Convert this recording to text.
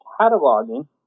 cataloging